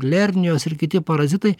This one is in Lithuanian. lernijos ir kiti parazitai